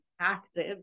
active